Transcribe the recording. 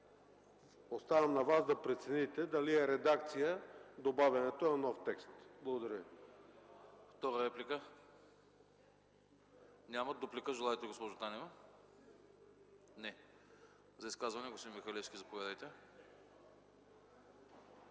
Оставям на Вас да прецените дали е редакция добавянето на нов текст. Благодаря